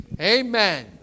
Amen